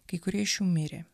kai kurie iš jų mirė